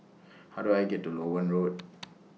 How Do I get to Loewen Road